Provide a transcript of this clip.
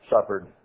suffered